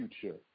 future